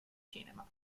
cinema